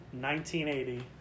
1980